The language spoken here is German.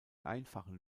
einfachen